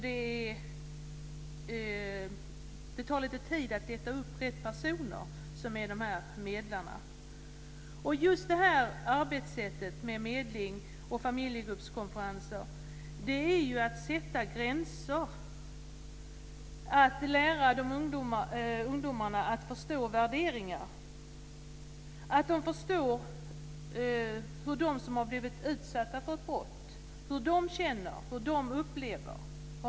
Det tar ju lite tid att hitta rätt person vad gäller de här medlarna. Just arbetssättet med medling och familjegruppskonferenser är att sätta gränser och att lära ungdomarna att förstå värderingar. Det gäller att kunna förstå hur de som blivit utsatta för ett brott känner och upplever.